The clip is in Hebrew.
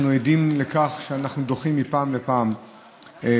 אנחנו עדים לכך שאנחנו דוחים מפעם לפעם את